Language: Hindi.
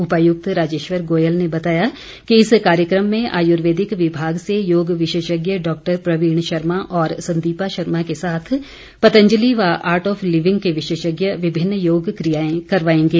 उपायुक्त राजेश्वर गोयल ने बताया कि इस कार्यक्रम में आयुर्वेदिक विभाग से योग विशेषज्ञ डॉक्टर प्रवीण शर्मा और संदीपा शर्मा के साथ पतंजलि व आर्ट ऑफ लिविंग के विशेषज्ञ विभिन्न योग कियाएं करवाएंगे